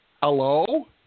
Hello